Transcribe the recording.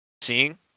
seeing